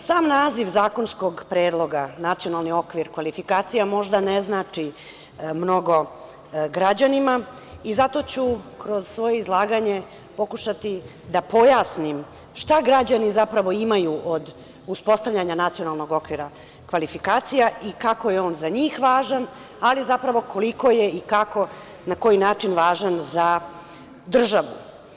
Sam naziv zakonskog predloga Nacionalni okvir kvalifikacija možda ne znači mnogo građanima i zato ću kroz svoje izlaganje pokušati da pojasnim šta građani zapravo imaju od uspostavljanja Nacionalnog okvira kvalifikacija i kako je on za njih važan, ali zapravo koliko je i kako i na koji način važan za državu.